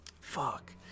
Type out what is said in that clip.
Fuck